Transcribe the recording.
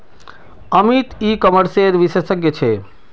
अमित ई कॉमर्सेर विशेषज्ञ छे